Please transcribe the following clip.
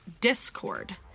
Discord